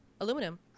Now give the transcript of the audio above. Aluminum